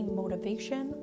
motivation